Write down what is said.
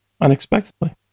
unexpectedly